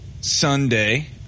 Sunday